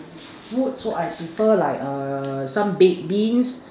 food so I prefer like err some baked beans